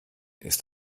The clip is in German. ist